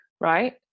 Right